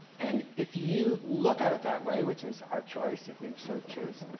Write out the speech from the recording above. and if you look at it that way, which is our choice, if we so choose,